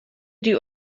die